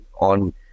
on